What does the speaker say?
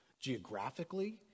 Geographically